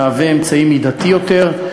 מהווה אמצעי מידתי יותר,